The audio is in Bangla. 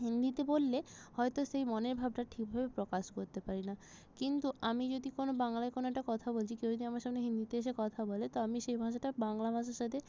হিন্দিতে বললে হয়তো সেই মনের ভাবটা ঠিকভাবে প্রকাশ করতে পারি না কিন্তু আমি যদি কোনো বাংলায় কোনো একটা কথা বলছি কেউ যদি আমার সামনে হিন্দিতে এসে কথা বলে তো আমি সেই ভাষাটা বাংলা ভাষার সাথে